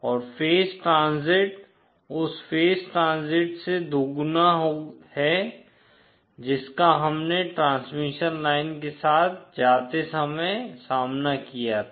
और phase transit उस phase transit से दोगुना है जिसका हमने ट्रांसमिशन लाइन के साथ जाते समय सामना किया था